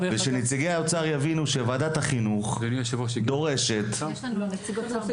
ושנציגי האוצר יבינו שוועדת החינוך דורשת --- יש פה מישהו מהאוצר,